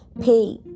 pay